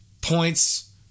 Points